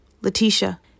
Letitia